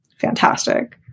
fantastic